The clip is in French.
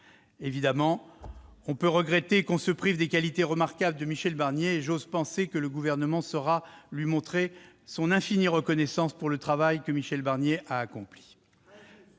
évidemment regretter de voir l'Europe se priver des qualités remarquables de Michel Barnier. J'ose penser que le Gouvernement saura lui montrer son infinie reconnaissance pour le travail qu'il a accompli.